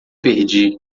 perdi